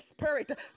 Spirit